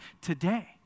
today